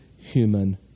human